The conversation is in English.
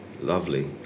Lovely